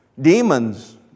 Demons